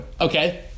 Okay